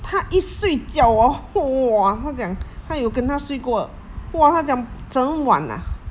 他一睡觉 hor !wah! 他讲他有跟他睡过哇他讲整晚 ah